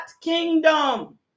kingdom